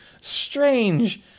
Strange